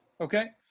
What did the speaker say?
Okay